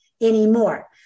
anymore